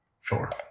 Sure